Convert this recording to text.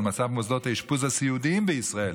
מצב מוסדות האשפוז הסיעודיים בישראל,